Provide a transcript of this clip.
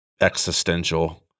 existential